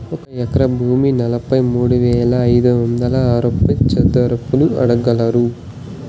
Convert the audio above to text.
ఒక ఎకరా భూమి నలభై మూడు వేల ఐదు వందల అరవై చదరపు అడుగులు